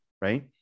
right